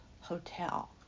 hotel